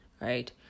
right